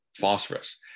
phosphorus